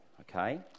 Okay